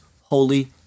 holy